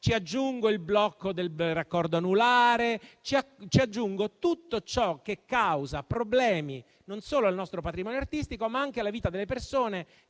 Aggiungo il blocco del Grande raccordo anulare e tutto ciò che causa problemi non solo al nostro patrimonio artistico, ma anche alla vita delle persone